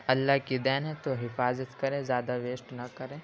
اللہ کی دین ہے تو حفاظت کریں زیادہ ویسٹ نہ کریں